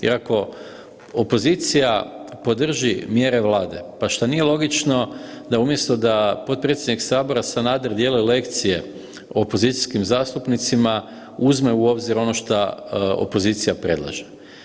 Jer ako opozicija podrži mjere Vlade, pa šta nije logično da umjesto da potpredsjednik sabora Sanader dijeli lekcije opozicijskim zastupnicima uzme u obzir ono šta opozicija predlaže.